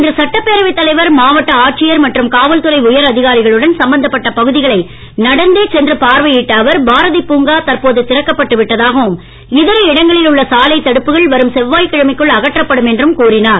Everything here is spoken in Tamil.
இன்று சட்டப்பேரவைத் தலைவர் மாவட்ட ஆட்சியர் மற்றும் காவல்துறை உயர் அதிகாரிகளுடன் சம்பந்தப்பட்ட பகுதிகளை நடந்தே சென்று பார்வையிட்ட அவர் பாரதி பூங்கா தற்போது திறக்கப்பட்டு விட்டதாகவும் இதர இடங்களில் உள்ள சாலைத் தடுப்புகள் வரும் செவ்வாய்க் கிழமைக்குள் அகற்றப்படும் என்றும் கூறினார்